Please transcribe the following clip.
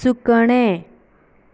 सुकणें